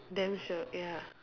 damn shiok ya